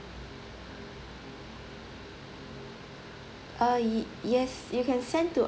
uh yes you can send to